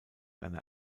eine